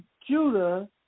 judah